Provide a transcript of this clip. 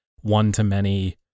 one-to-many